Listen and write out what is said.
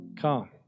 come